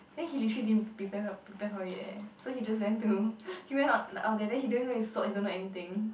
then he literally didn't prepare prepare for it eh so he just went to he went out like all day and he don't even know or anything